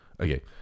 okay